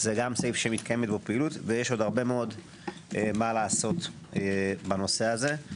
זה גם סעיף שמתקיימת בו פעילות ויש עוד הרבה מאוד מה לעשות בנושא הזה.